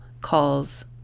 calls